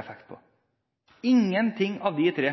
effekt på noen av de tre.